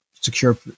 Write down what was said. secure